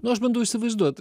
nu aš bandau įsivaizduot